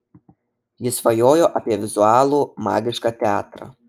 ji svajojo apie vizualų magišką teatrą